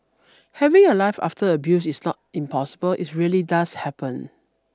having a life after abuse is not impossible it's really does happen